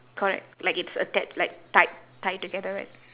correct like it's atta~ like tied tie together right